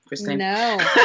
No